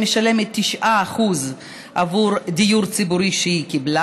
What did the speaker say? היא משלמת 9% עבור דיור ציבורי שהיא קיבלה,